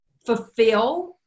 fulfill